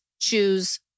choose